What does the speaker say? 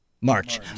March